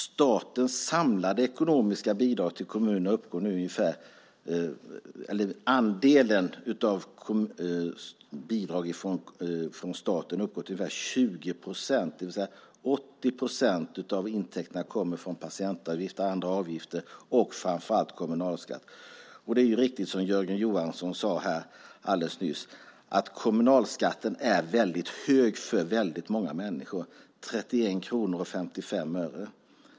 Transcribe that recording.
Statens andel av bidragen till kommunerna uppgår till ungefär 20 procent, det vill säga 80 procent av intäkterna kommer från patientavgifter och andra avgifter samt framför allt från kommunalskatt. Det är riktigt som Jörgen Johansson sade nyss, nämligen att kommunalskatten är hög för många människor - 31:55 kronor.